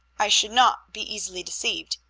i should not be easily deceived.